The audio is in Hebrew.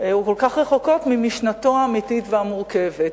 ממשנתו האמיתית והמורכבת.